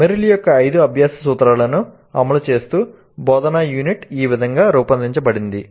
Merrill యొక్క ఐదు అభ్యాస సూత్రాలను అమలు చేస్తూ బోధనా యూనిట్ ఈ విధంగా రూపొందించబడింది